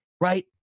right